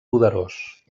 poderós